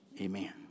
Amen